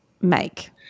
make